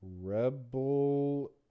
Rebel